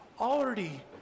already